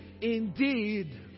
indeed